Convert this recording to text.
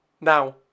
Now